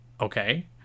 okay